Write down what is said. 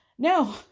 No